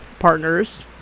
Partners